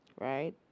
right